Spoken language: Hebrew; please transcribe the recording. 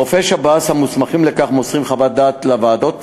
רופאי שב"ס המוסמכים לכך מוסרים חוות דעת לוועדות,